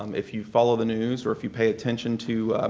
um if you follow the news or if you pay attention to